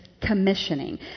commissioning